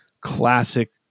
classic